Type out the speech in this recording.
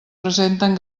presenten